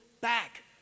back